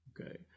Okay